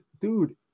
dude